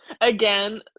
Again